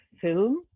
film